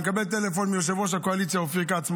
אני קבל טלפון מיושב-ראש הקואליציה אופיר כץ,